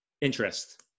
Interest